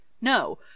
no